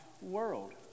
world